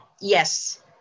yes